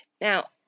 Now